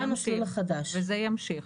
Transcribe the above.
וזה ימשיך.